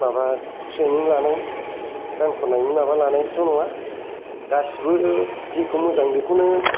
माबा ट्रेनिं लानाय गान खननाय माबा लानायथ' नङा गासिबो जेखौ मोजां बेखौनो